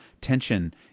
tension